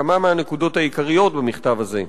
כמה מהנקודות העיקריות במכתב הזה.